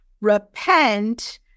Repent